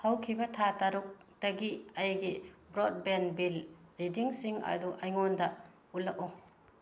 ꯍꯧꯈꯤꯕ ꯊꯥ ꯇꯔꯨꯛꯇꯒꯤ ꯑꯩꯒꯤ ꯕꯔꯣꯠꯕꯦꯟ ꯕꯤꯜ ꯔꯤꯗꯤꯡꯁꯤꯡ ꯑꯗꯨ ꯑꯩꯉꯤꯟꯗ ꯎꯠꯂꯛꯎ